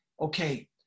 okay